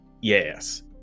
yes